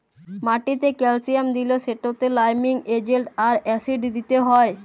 মাটিতে ক্যালসিয়াম দিলে সেটতে লাইমিং এজেল্ট আর অ্যাসিড দিতে হ্যয়